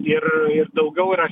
ir ir daugiau yra